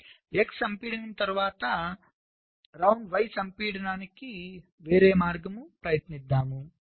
X సంపీడనం తరువాత round y సంపీడనానికి వేరే మార్గం ప్రయత్నిద్దాం